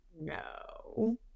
no